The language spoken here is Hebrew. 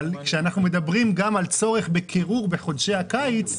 כשאנחנו מדברים גם על צורך בקירור בחודשי הקיץ,